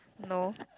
no